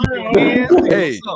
Hey